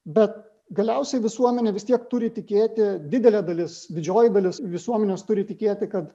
bet galiausiai visuomenė vis tiek turi tikėti didelė dalis didžioji dalis visuomenės turi tikėti kad